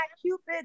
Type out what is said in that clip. cupid